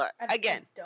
Again